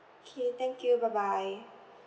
K thank you bye bye